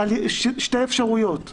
שתי אפשרויות.